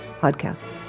podcast